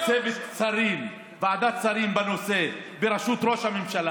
אני לא מאמין שיש אחד שרוצה אלימות במגזר